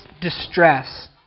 distress